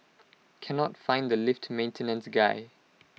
cannot find the lift maintenance guy